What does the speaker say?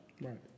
Right